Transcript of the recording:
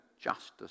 justice